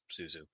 Suzu